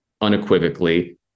unequivocally